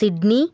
Sydney